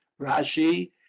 Rashi